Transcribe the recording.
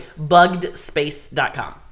buggedspace.com